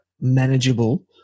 manageable